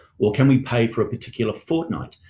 or can we pay for a particular fortnight?